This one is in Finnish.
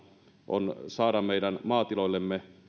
on saada meidän maatiloillemme